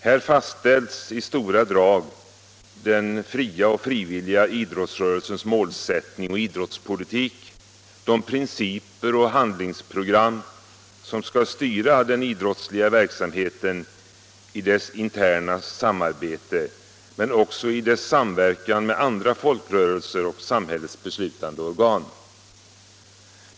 Här fastställs i stora drag den fria och frivilliga idrottsrörelsens mål sättning och politik och de principer och handlingsprogram som skall styra den idrottsliga verksamheten i dess interna samarbete men också i dess samverkan med andra folkrörelser och samhällets beslutande organ.